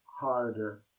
harder